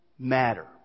Matter